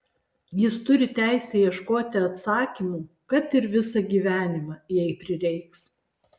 jis turi teisę ieškoti atsakymų kad ir visą gyvenimą jei prireiks